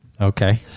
Okay